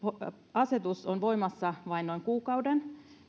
asetus on voimassa vain noin kuukauden